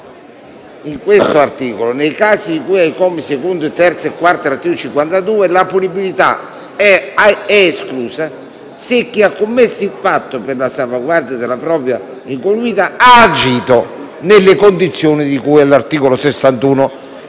il seguente: «Nei casi di cui ai commi secondo, terzo e quarto dell'articolo 52, la punibilità è esclusa se chi ha commesso il fatto per la salvaguardia della propria o altrui incolumità ha agito nelle condizioni di cui all'articolo 61,